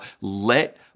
let